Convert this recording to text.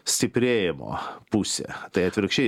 stiprėjimo pusė tai atvirkščiai